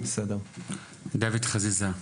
דוד חזיזה,